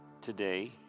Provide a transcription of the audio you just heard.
today